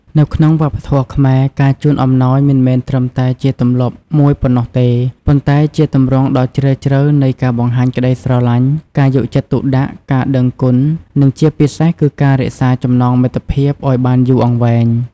នៅក្នុងវប្បធម៌ខ្មែរ ការជូនអំណោយមិនមែនត្រឹមតែជាទម្លាប់មួយប៉ុណ្ណោះទេ ប៉ុន្តែជាទម្រង់ដ៏ជ្រាលជ្រៅនៃការបង្ហាញក្តីស្រឡាញ់ ការយកចិត្តទុកដាក់ ការដឹងគុណ និងជាពិសេសគឺការរក្សាចំណងមិត្តភាពឱ្យបានយូរអង្វែង។